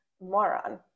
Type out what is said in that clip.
moron